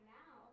now